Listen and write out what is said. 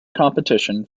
competition